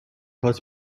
هات